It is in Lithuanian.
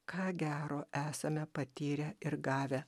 ką gero esame patyrę ir gavę